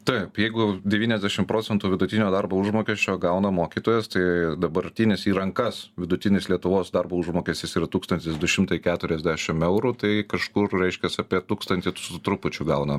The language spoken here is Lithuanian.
taip jeigu devyniasdešim procentų vidutinio darbo užmokesčio gauna mokytojas tai dabartinis į rankas vidutinis lietuvos darbo užmokestis yra tūkstantis du šimtai keturiasdešim eurų tai kažkur reiškias apie tūkstantį su trupučiu gauna